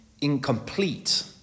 incomplete